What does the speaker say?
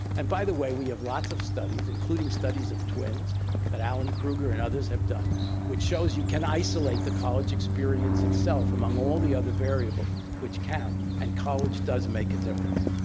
and by the way, we have lots of studies, including studies of twins that allen kruger and others have done which shows you can isolate the college experience itself among all the other variables which count. and college does make a difference.